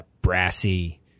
brassy